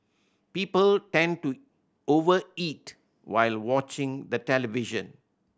people tend to over eat while watching the television